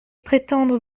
prétendre